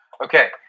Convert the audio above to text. Okay